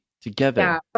together